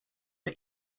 for